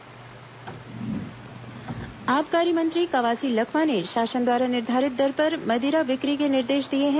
शराब अवैध बि क्री रोक आबकारी मंत्री कवासी लखमा ने शासन द्वारा नि धारित दर पर मदिरा बि क्री के निर्देश दिए हैं